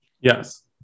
yes